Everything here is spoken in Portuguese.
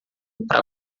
para